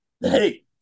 Hey